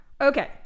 Okay